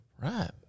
Right